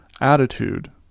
attitude